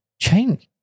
change